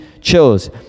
chose